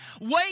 wait